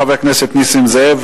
חבר הכנסת נסים זאב,